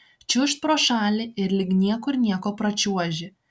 čiūžt pro šalį ir lyg niekur nieko pračiuoži